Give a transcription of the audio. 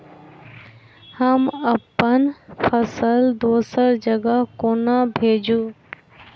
हम अप्पन फसल दोसर जगह कोना भेजू?